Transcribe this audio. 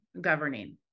governing